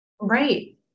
Right